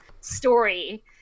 story